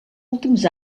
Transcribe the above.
últims